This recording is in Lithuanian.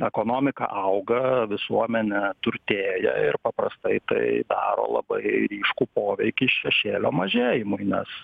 ekonomika auga visuomenė turtėja ir paprastai tai daro labai ryškų poveikį šešėlio mažėjimui nes